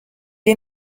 est